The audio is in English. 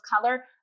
color